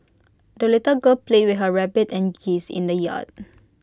the little girl played with her rabbit and geese in the yard